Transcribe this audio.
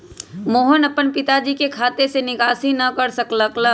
मोहन अपन पिताजी के खाते से निकासी न कर सक लय